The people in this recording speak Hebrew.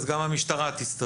אז גם המשטרה תצטרך לדווח.